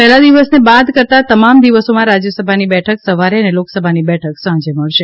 પહેલા દિવસને બાદ કરતા તમામ દિવસોમાં રાજયસભાની બેઠક સવારે અને લોકસભાની બેઠક સાંજે મળશે